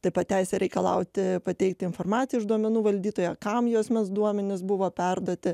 taip pat teisę reikalauti pateikti informaciją iš duomenų valdytojo kam jo asmens duomenys buvo perduoti